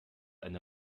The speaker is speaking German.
eine